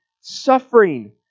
suffering